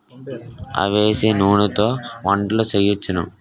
అవిసె నూనెతో వంటలు సేయొచ్చును